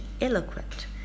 eloquent